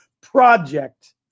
project